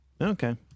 Okay